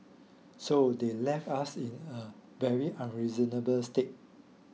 so they left us in a very unreasonable state